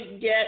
get